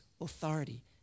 authority